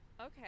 Okay